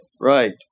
Right